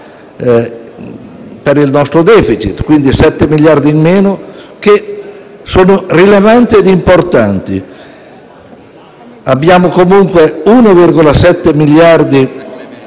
per il nostro *deficit*, 7 miliardi di euro in meno che sono rilevanti ed importanti. Abbiamo comunque 1,7 miliardi